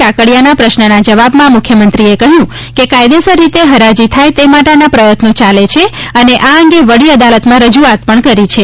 કાકડીયાના પ્રશ્નના જવાબમાં મુખ્યમંત્રીએ કહ્યું કે કાયદેસર રીતે હરાજી થાય તે માટેનાં પ્રયત્નો ચાલે છે અને આ અંગે વડી અદાલતમાં રજુઆત પણ કરી છે